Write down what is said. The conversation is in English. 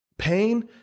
Pain